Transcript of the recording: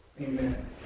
amen